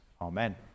Amen